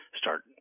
start